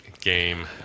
game